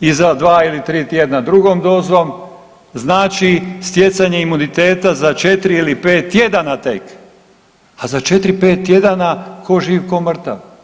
i za dva ili tri tjedna drugom dozom znači stjecanje imuniteta za 4 ili 5 tjedana tek, a za 4-5 tjedana tko živ tko mrtav.